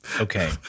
Okay